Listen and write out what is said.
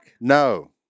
No